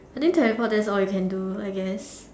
I think teleport that's all you can do I guess